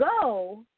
go